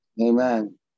Amen